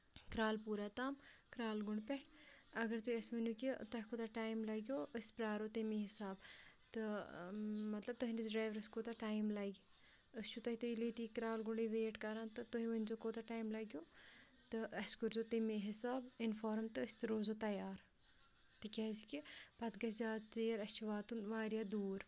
کرال پوٗرا تام کرالگونڈ پٮ۪ٹھ اَگر تُہۍ أسۍ ؤنیو کہِ تۄہہِ کوٗتاہ ٹایم لَگیو أسۍ پِیارو تَمی حِسابہٕ تہٕ مطلب تُہنٛدِس ڈریورَس کوٗتاہ ٹایم لگہِ أسۍ چھِو تۄہہِ ییٚتہِ کرالگونڈٕے ویٹ کران تہٕ تُہۍ ؤنۍ زیو کوٗتاہ ٹایم لگیو تہٕ اسہِ کٔرزیو تَمے حِسابہٕ اِنفارم تہٕ أسۍ تہِ روزو تَیار تِکیازِ کہِ پَتہٕ گژھِ زیادٕ ژیر اَسہِ چھُ واتُن واریاہ دوٗر